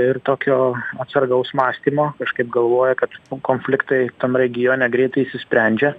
ir tokio atsargaus mąstymo kažkaip galvoja kad konfliktai tam regione greitai išsisprendžia